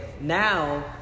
now